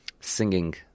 singing